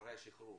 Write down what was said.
אחרי השחרור.